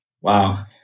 Wow